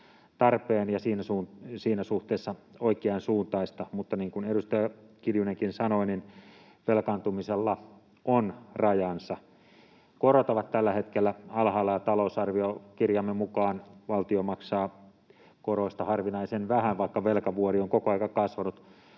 tarpeen ja siinä suhteessa oikeansuuntaista. Mutta niin kuin edustaja Kiljunenkin sanoi, velkaantumisella on rajansa. Korot ovat tällä hetkellä alhaalla, ja talousarviokirjamme mukaan valtio maksaa koroista harvinaisen vähän, vaikka velkavuori on koko ajan kasvanut.